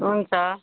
हुन्छ